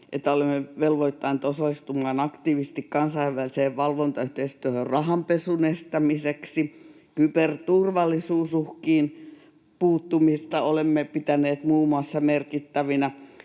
että olemme täällä velvoittaneet osallistumaan aktiivisesti kansainväliseen valvontayhteistyöhön rahanpesun estämiseksi, muun muassa kyberturvallisuusuhkiin puuttumista olemme pitäneet merkittävänä